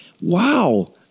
wow